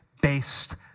based